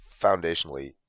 foundationally